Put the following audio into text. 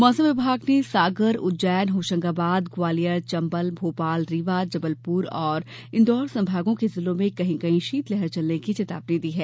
मौसम विभाग ने सागर उज्जैन होशंगाबाद ग्वालियर चंबल भोपाल रीवा जबलपुर और इंदौर संभागों के जिलों में कहीं कहीं शीतलहर चलने की चेतावनी दी है